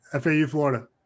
FAU-Florida